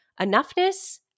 enoughness